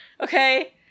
okay